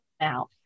now